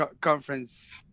Conference